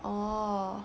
oh